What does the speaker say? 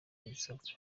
ibisabwa